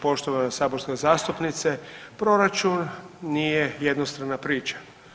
Poštovana saborska zastupnice proračun nije jednostrana priča.